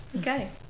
okay